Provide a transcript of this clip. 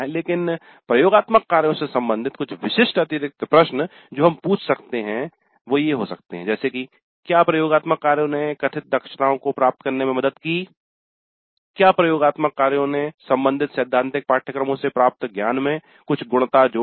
लेकिन प्रयोगात्मक कार्यों से संबंधित कुछ विशिष्ट अतिरिक्त प्रश्न जो हम पूछ सकते हैं वे ये हो सकते है जैसे क्या प्रयोगात्मक कार्यों ने कथित दक्षताओं को प्राप्त करने में मदद की क्या प्रयोगात्मक कार्यों ने संबंधित सैद्धांतिक पाठ्यक्रमों से प्राप्त ज्ञान में कुछ गुणता जोड़ी